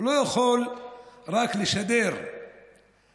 הוא לא יכול רק לשדר בתקשורת